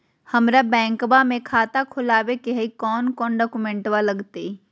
हमरा बैंकवा मे खाता खोलाबे के हई कौन कौन डॉक्यूमेंटवा लगती?